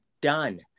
done